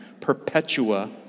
Perpetua